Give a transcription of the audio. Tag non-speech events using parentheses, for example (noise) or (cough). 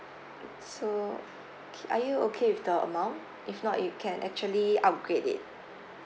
(noise) so okay are you okay with the amount if not you can actually upgrade it